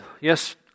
yes